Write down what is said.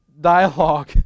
dialogue